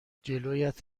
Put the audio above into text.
جلویت